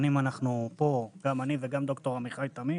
שנים שאנחנו פה, גם אני וגם ד"ר עמיחי תמיר.